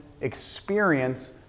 experience